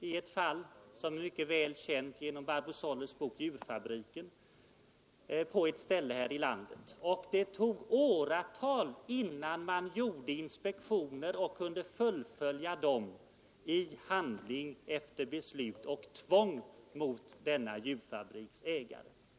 I ett fall, som är mycket väl känt genom Barbro Sollers bok Djurfabriken, stod grisar bundna i månader vid Protectabågen på ett ställe här i landet. Det tog åratal innan inspektioner gjordes och kunde fullföljas i handling genom tvingande beslut mot denna djurfabriks ägare.